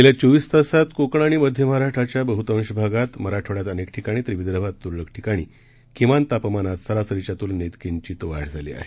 गेल्या चोवीस तासात कोकण आणि मध्य महाराष्ट्राच्या बहुतांश भागात मराठवाड्यात अनेक ठिकाणी तर विदर्भात तुरळक ठिकाणी किमान तापमानात सरासरीच्या तुलनेत किचीत वाढ झाली आहे